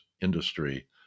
industry